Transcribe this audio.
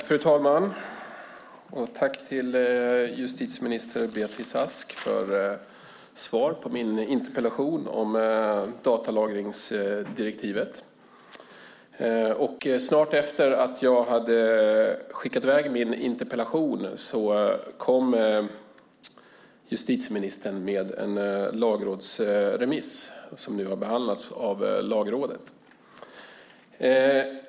Fru talman! Jag tackar justitieminister Beatrice Ask för svaret på min interpellation om datalagringsdirektivet. Strax efter det att jag hade skickat i väg min interpellation kom justitieministern med en lagrådsremiss som nu har behandlats av Lagrådet.